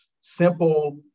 simple